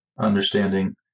understanding